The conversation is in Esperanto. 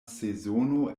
sezono